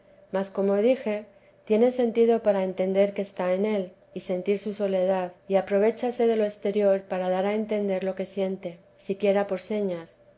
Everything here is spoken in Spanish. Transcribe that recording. mas como dije tiene sentido para entender que está en él y sentir su soledad y aprovéchase de lo exterior para dar a entender lo que siente siquiera por señas